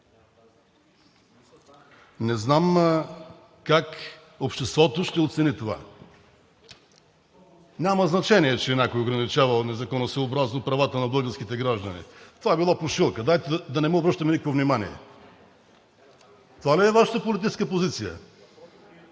…не знам как обществото ще оцени това! Няма значение, че някой ограничавал незаконосъобразно правата на българските граждани, това било пушилка, дайте да не му обръщаме никакво внимание. Това ли е Вашата политическа позиция?